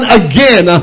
again